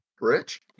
Rich